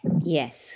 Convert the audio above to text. yes